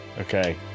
okay